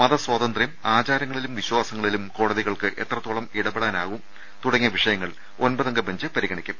മതസ്വാതന്ത്ര്യം ആചാരങ്ങളിലും വിശ്വാസങ്ങളിലും കോട്ടതികൾക്ക് എത്ര ത്തോളം ഇടപെടാനാകും തുടങ്ങിയ വിഷയങ്ങൾ ഒൻപ്പതംഗ ബഞ്ച് പരിഗ ണിക്കും